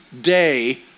day